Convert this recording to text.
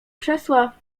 krzesła